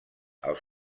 els